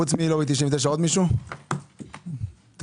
כל